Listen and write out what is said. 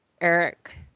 Eric